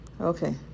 Okay